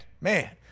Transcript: man